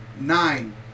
Nine